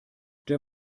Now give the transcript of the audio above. der